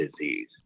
disease